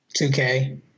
2K